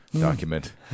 document